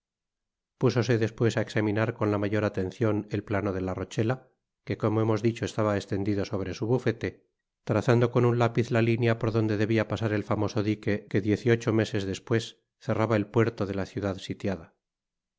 púsose despues á examinar con la mayor atencion el plano de la rochela ue como hemos dicho estaba estendido sobre su bufete trazando con un lápiz la línea por donde debia pasar el famoso dique que diez y ocho meses despues cerraba el puerto de la ciudad sitiada